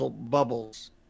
bubbles